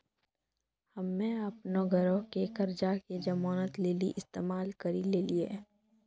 हम्मे अपनो घरो के कर्जा के जमानत लेली इस्तेमाल करि लेलियै